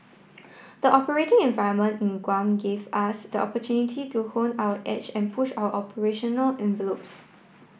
the operating environment in Guam gave us the opportunity to hone our edge and push our operational envelopes